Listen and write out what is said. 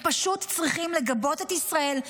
הם פשוט צריכים לגבות את ישראל,